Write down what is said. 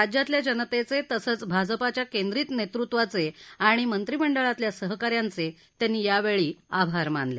राज्यातल्या जनतेचे तसंच भाजपाच्या केंद्रीत नेतृत्वाचे आणि मंत्रिमंडळातल्या सहका यांचे त्यांनी यावेळी आभार मानले